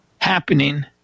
happening